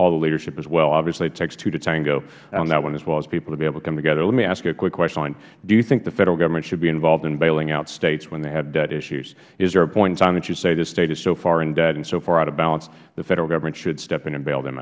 all the leadership as well obviously it takes two to tango on that one as well people to be able to come together let me ask you a quick question do you think the federal government should be involved in bailing out states when they have debt issues is there a point in time that you say this state is so far in debt and so far out of balance the federal government should step in and bail